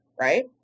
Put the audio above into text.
Right